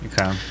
Okay